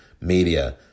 media